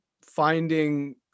finding